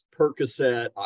Percocet